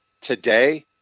today